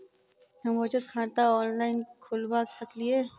हम बचत खाता ऑनलाइन खोलबा सकलिये?